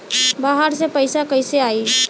बाहर से पैसा कैसे आई?